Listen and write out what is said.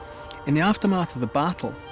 in the aftermath of the battle,